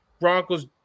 Broncos